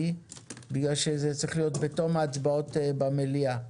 בגלל שזה צריך להיות בתום ההצבעות במליאה,